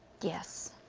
yes.